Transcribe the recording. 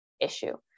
issue